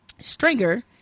Stringer